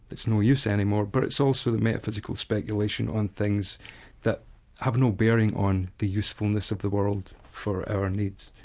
it's no use any more, but it's also the metaphysical speculation on things that have no bearing on the usefulness of the world for our needs.